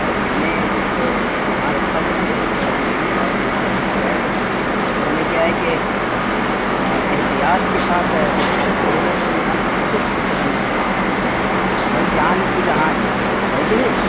اور چنئی کوئی یہاں رکھا ہوا تھوڑی نا ہے وہ تھوڑا سا دور ہے دور کا سفر ہے اور سفر میں کیا ہے کہ احتیاط کے ساتھ جہاں تک سہولت ہو انسان کو کوشش کرتے رہنا چاہیے کہ بھائی جان ہے تو جہان ہے ہے کہ نہیں